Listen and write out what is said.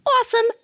awesome